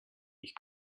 ich